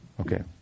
Okay